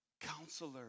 counselor